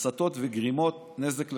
הצתות וגרימת נזק לרכוש,